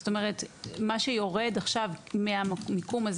זאת אומרת מה שיורד עכשיו מהמיקום הזה